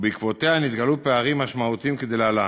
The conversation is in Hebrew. ובעקבותיה נתגלו פערים משמעותיים כלהלן: